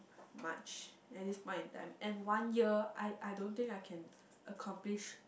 much at this point in time and one year I I don't think I can accomplish